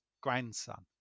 grandson